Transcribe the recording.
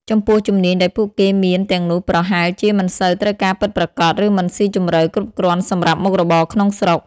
ចំពោះជំនាញដែលពួកគេមានទាំងនោះប្រហែលជាមិនសូវត្រូវការពិតប្រាកដ ឬមិនស៊ីជម្រៅគ្រប់គ្រាន់សម្រាប់មុខរបរក្នុងស្រុក។